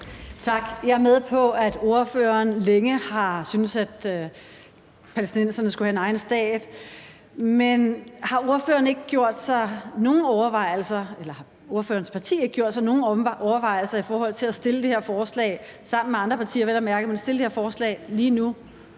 Tak. Jeg er med på, at ordføreren længe har syntes, at palæstinenserne skulle have deres egen stat, men har ordførerens parti ikke gjort sig nogen overvejelser i forhold til at fremsætte det her forslag – vel at mærke sammen med andre partier – lige nu?